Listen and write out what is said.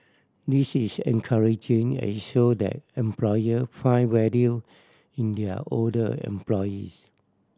this is encouraging as it show that employer find value in their older employees